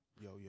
yo